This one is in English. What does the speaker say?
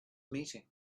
meeting